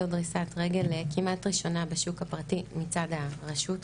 זו דריסת רגל כמעט ראשונה בשוק הפרטי מצד הרשות כמובן.